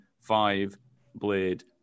five-blade